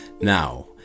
now